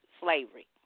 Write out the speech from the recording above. slavery